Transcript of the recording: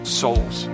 souls